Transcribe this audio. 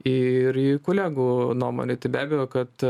ir į kolegų nuomonę tai be abejo kad